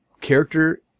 character